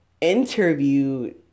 interviewed